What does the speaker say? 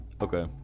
okay